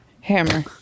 hammer